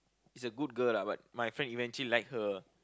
is a good girl lah but my friend eventually like her